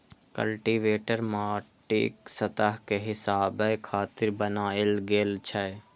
cultivator माटिक सतह कें हिलाबै खातिर बनाएल गेल छै